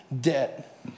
debt